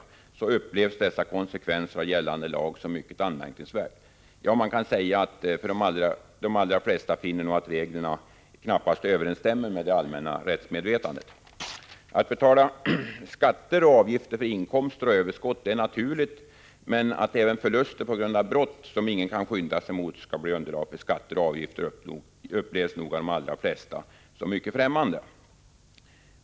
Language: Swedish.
1985/86:13 dessa konsekvenser av gällande lag som mycket anmärkningsvärda. Mankan = 17oktober 1985 säga att de allra flesta nog finner att reglerna knappast överensstämmer med SZ —-— Om slopande av sam det allmänna rättsmedvetandet. beskölna Att betala skatter och avgifter för inkomster och överskott är naturligt, anningenav, B-inkomster men att även förluster på grund av brott, som ingen kan skydda sig emot, skall bli underlag för skatter och avgifter upplevs nog av de allra flesta som mycket främmande.